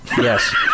Yes